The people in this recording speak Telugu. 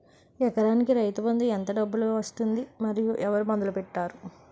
ఎకరానికి రైతు బందు ఎంత డబ్బులు ఇస్తుంది? మరియు ఎవరు మొదల పెట్టారు?